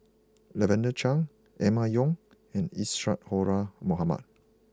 Lavender Chang Emma Yong and Isadhora Mohamed